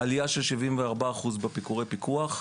יש עלייה של 74% בביקורי פיקוח,